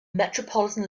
metropolitan